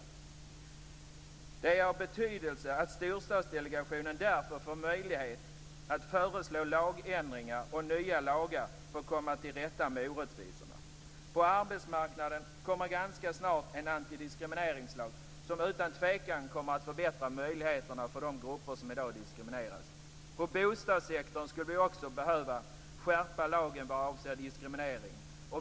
Det är därför av betydelse att Storstadsdelegationen får möjlighet att föreslå lagändringar och nya lagar för att komma till rätta med orättvisorna. På arbetsmarknaden kommer ganska snart en antidiskrimineringslag som utan tvekan kommer att förbättra möjligheterna för de grupper som i dag diskrimineras. På bostadssektorn skulle vi också behöva skärpa lagen vad avser diskriminering.